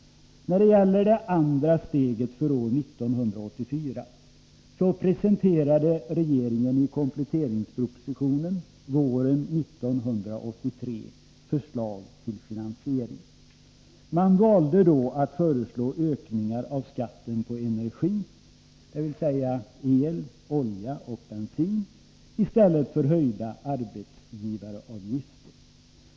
När det gäller det andra steget för år 1984, så presenterade regeringen i kompletteringspropositionen våren 1983 förslag till finansiering. Man valde då att föreslå ökning av skatten på energi, dvs. el, olja och bensin, i stället för höjda arbetsgivaravgifter.